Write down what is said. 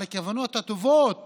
על הכוונות הטובות